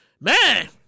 Man